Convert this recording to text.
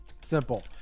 simple